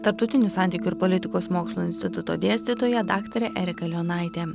tarptautinių santykių ir politikos mokslų instituto dėstytoja daktarė erika leonaitė